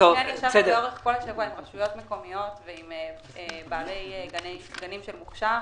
במשך השבוע דיברנו עם רשויות מקומיות ובעלי גנים של מוכשר,